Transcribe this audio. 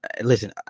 Listen